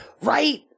Right